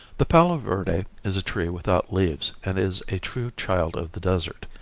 the palo verde is a tree without leaves and is a true child of the desert.